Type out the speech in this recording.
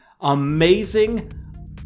amazing